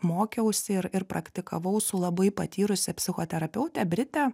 mokiausi ir ir praktikavau su labai patyrusia psichoterapeute brite